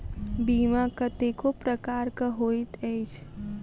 बीमा कतेको प्रकारक होइत अछि